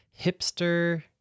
hipster